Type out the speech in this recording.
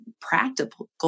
practical